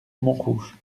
montrouge